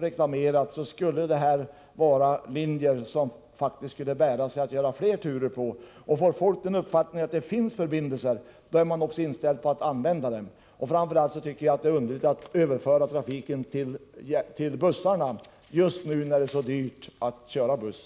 reklamerad skulle trafiken på dessa linjer bära sig och även kunna utökas med fler turer. Får folk reda på att det finns förbindelser är de också inställda på att använda dem. Framför allt är det underligt att trafiken överförs till bussar, just nu när det är så dyrt att köra med buss.